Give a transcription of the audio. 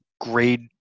grade